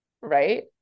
right